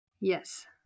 Yes